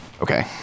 Okay